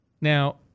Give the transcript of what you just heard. Now